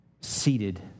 Seated